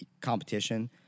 competition